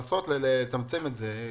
כדי לנסות ולצמצם את הזמנים